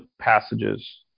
passages